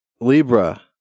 Libra